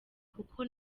kuko